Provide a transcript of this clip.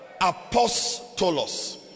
Apostolos